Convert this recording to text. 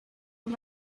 and